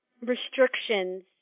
restrictions